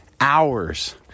hours